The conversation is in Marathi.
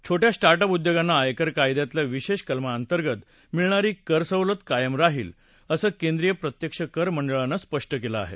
छोटया स्टार्ट अप उद्योगांना आयकर कायद्यातल्या विशेष कलमाअंतर्गत मिळणारी कर सवलत कायम राहील असं केंद्रिय प्रत्यक्ष कर मंडळानं स्पष्ट केलं आहे